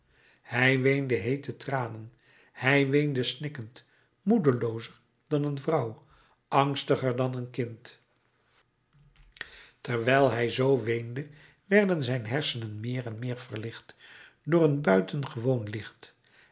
hij weende heete tranen hij weende snikkend moedeloozer dan een vrouw angstiger dan een kind terwijl hij zoo weende werden zijn hersenen meer en meer verlicht door een buitengewoon licht